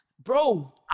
Bro